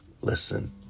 listen